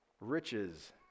riches